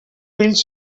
fills